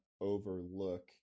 overlook